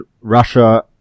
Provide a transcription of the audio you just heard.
Russia